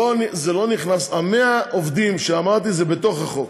100 העובדים שאמרתי, זה בתוך החוק.